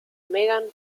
megan